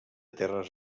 terres